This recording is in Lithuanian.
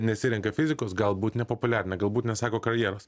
nesirenka fizikos galbūt nepopuliarina galbūt nesako karjeros